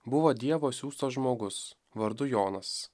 buvo dievo siųstas žmogus vardu jonas